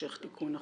המשך תיקון החוק.